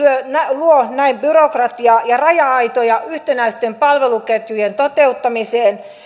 luo näin byrokratiaa ja raja aitoja yhtenäisten palveluketjujen toteuttamiseen